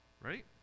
right